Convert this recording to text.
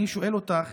אני שואל אותך